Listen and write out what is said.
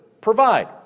provide